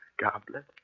Goblet